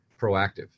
proactive